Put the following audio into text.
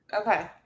Okay